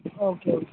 okay okay